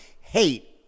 hate